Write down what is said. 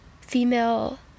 female